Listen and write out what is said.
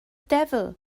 devil